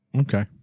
Okay